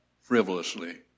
frivolously